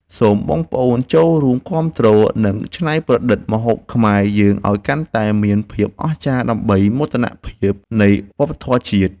សូមបងប្អូនចូលរួមគាំទ្រនិងច្នៃប្រឌិតម្ហូបខ្មែរយើងឱ្យកាន់តែមានភាពអស្ចារ្យដើម្បីមោទនភាពនៃវប្បធម៌ជាតិ។